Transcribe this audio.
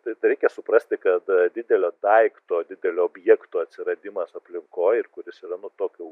tai tai reikia suprasti kad didelio daikto didelių objektų atsiradimas aplinkoj ir kuris yra nu tokio